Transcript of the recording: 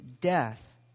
death